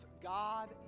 God